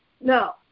No